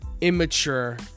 immature